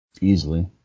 Easily